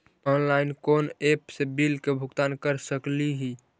Online कोन app से bill के भुगतान कर सकली ही?